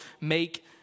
make